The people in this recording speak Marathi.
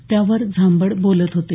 त्यावर झांबड बोलत होते